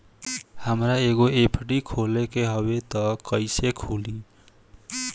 हमरा एगो एफ.डी खोले के हवे त कैसे खुली?